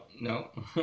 no